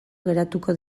geratuko